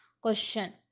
Question